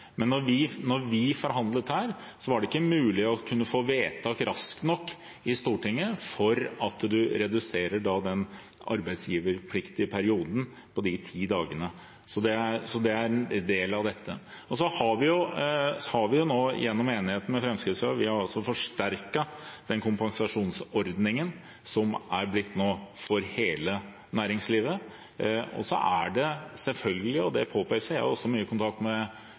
vi forhandlet her, var det ikke mulig å kunne få vedtak raskt nok i Stortinget for å redusere den arbeidsgiverpliktige perioden på ti dager, så det er en del av dette. Så har vi nå gjennom enigheten med Fremskrittspartiet forsterket den kompensasjonsordningen som er blitt nå for hele næringslivet. Det er selvfølgelig slik – jeg har også mye kontakt med